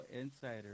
Insider